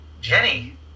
Jenny